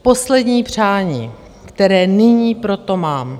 Poslední přání, které nyní pro to mám.